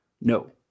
no